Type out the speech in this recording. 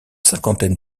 cinquantaine